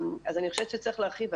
אני חושבת שצריך להרחיב.